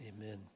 amen